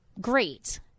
great